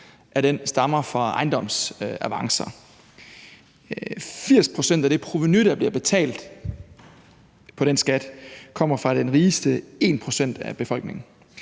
af den stammer fra ejendomsavancer, og 80 pct. af det provenu, der bliver betalt på den skat, kommer fra den rigeste ene procent af befolkningen.